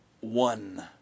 one